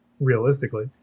realistically